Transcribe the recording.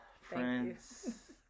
Friends